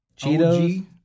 Cheetos